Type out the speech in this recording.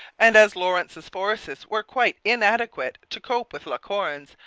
and as lawrence's forces were quite inadequate to cope with la corne's,